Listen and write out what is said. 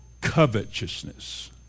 Covetousness